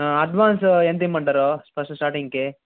ఆ అడ్వాన్స్ ఎంత ఇవ్వమంటారు స్పెసల్ స్టార్టింగ్కి